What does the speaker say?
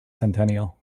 centennial